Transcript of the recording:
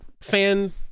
fan